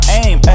aim